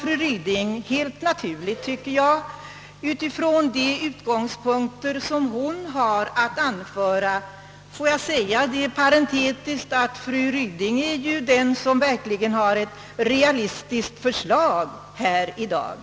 Rent parentetiskt vill jag säga att fru Ryding är den som verkligen har ett realistiskt förslag här i dag.